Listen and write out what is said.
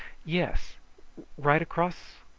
yes right across.